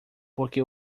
porque